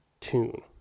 tune